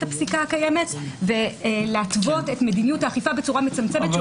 הפסיקה הקיימת ולהתוות את מדיניות האכיפה בצורה מצמצמת.